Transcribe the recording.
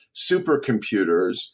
supercomputers